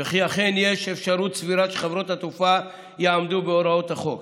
וכי אכן יש אפשרות סבירה שחברות התעופה יעמדו בהוראות החוק,